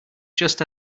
just